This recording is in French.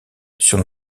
sur